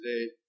today